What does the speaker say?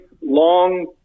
long